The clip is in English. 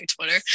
Twitter